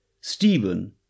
Stephen